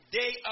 day